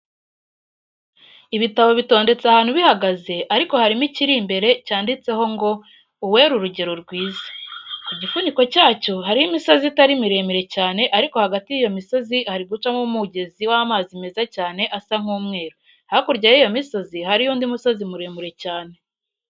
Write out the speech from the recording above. Ibitabo bitondetse ahantu bihagaze ariko harimo ikiri imbere cyanditseho ngo:" Uwera urugero rwiza." Ku gifuniko cyacyo hariho imisozi itari miremire cyane ariko hagati y'iyo misozi hari gucamo umugezi w'amazi meza cyane asa nk'umweru, hakurya y'iyo misozi hariyo undi musozi muremure cyane.